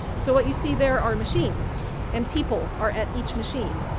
so, what you see there are machines and people are at each machine,